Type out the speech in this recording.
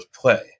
play